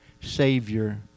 Savior